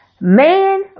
Man